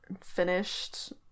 finished